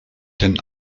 denn